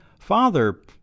Father